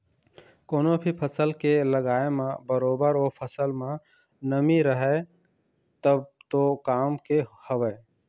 कोनो भी फसल के लगाय म बरोबर ओ फसल म नमी रहय तब तो काम के हवय